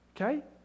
Okay